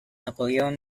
napoleon